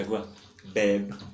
Babe